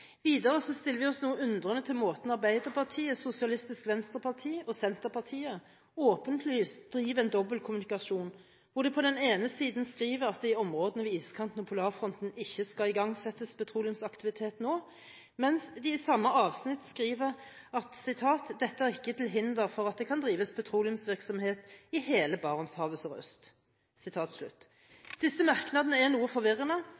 Videre stiller vi oss noe undrende til måten Arbeiderpartiet, Sosialistisk Venstreparti og Senterpartiet åpenlyst driver en dobbeltkommunikasjon, hvor de på den ene siden skriver at det i områdene ved iskanten og polarfronten ikke skal igangsettes petroleumsaktivitet nå, mens de i samme avsnitt skriver at dette «er ikke til hinder for at det kan drives petroleumsvirksomhet i hele Barentshavet sørøst». Disse merknadene er noe forvirrende,